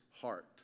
heart